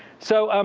so um